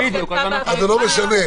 אז זה לא משנה.